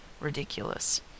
ridiculous